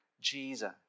Jesus